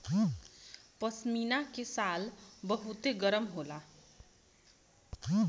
पश्मीना के शाल बहुते गरम होला